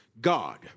God